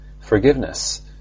forgiveness